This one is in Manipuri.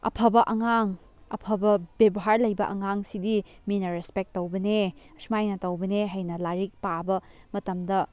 ꯑꯐꯕ ꯑꯉꯥꯡ ꯑꯐꯕ ꯕꯦꯚꯥꯔ ꯂꯩꯕ ꯑꯉꯥꯡꯁꯤꯗꯤ ꯃꯤꯅ ꯔꯦꯁꯄꯦꯛ ꯇꯧꯕꯅꯦ ꯑꯁꯨꯃꯥꯏꯅ ꯇꯧꯕꯅꯦ ꯍꯥꯏꯅ ꯂꯥꯏꯔꯤꯛ ꯄꯥꯕ ꯃꯇꯝꯗ